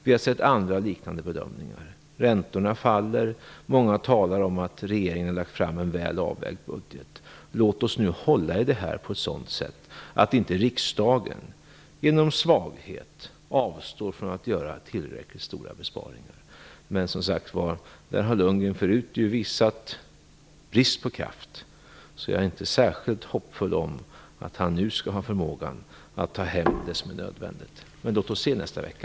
Vi har sett andra liknande bedömningar. Räntorna faller. Många talar om att regeringen har lagt fram en väl avvägd budget. Låt oss nu hålla i det här på ett sådant sätt att inte riksdagen genom svaghet avstår från att göra tillräckligt stora besparingar! Men, som sagt var, där har Lundgren förut visat brist på kraft, så jag är inte särskilt hoppfull om att han nu skall ha förmågan att ta hem det som är nödvändigt. Låt oss se nästa vecka!